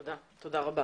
תודה רבה